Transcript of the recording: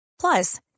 Plus